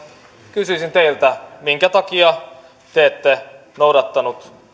kysyisin teiltä minkä takia te ette noudattanut